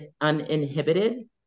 uninhibited